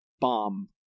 bomb